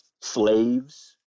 slaves